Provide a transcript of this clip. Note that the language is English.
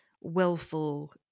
willful